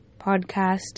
podcast